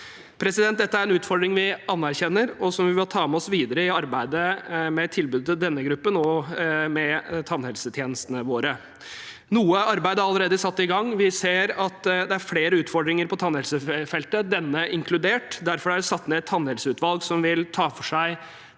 retten bort. Dette er en utfordring vi anerkjenner, og som vi vil ta med oss videre i arbeidet med tilbudet til denne gruppen og med tannhelsetjenestene våre. Noe arbeid er allerede satt i gang. Vi ser at det er flere utfordringer på tannhelsefeltet, denne inkludert. Derfor er det satt ned et tannhelseutvalg som vil ta for seg